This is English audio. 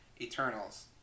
Eternals